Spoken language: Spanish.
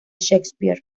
shakespeare